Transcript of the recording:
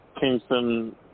Kingston